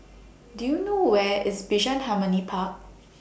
Do YOU know Where IS Bishan Harmony Park